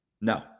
No